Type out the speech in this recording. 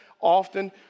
often